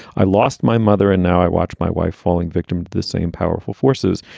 i lost my mother and now i watched my wife falling victim to the same powerful forces.